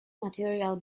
material